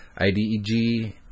IDEG